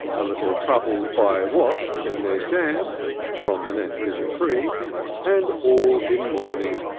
a little troubled by wasps in their jam from the nest in the tree and all in mourning,